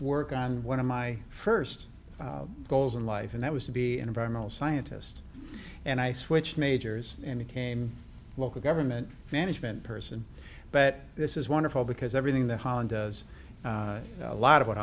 work on one of my first goals in life and that was to be an environmental scientist and i switched majors and became a local government management person but this is wonderful because everything that holland does a lot of what